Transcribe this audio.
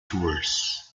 tours